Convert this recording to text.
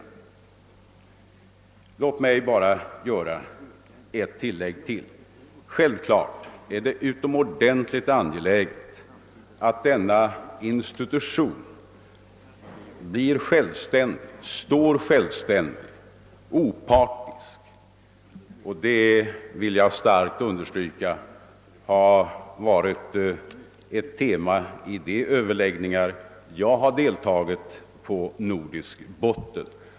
Låt mig göra ytterligare ett tillägg. Naturligtvis är det utomordentligt angeläget att denna institution blir självständig och opartisk — det har, det vill jag starkt understryka, varit ett tema i de överläggningar som jag har deltagit i på nordisk botten.